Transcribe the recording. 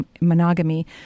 monogamy